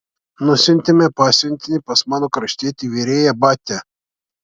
nusiuntėme pasiuntinį pas mano kraštietį virėją batią